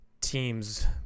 teams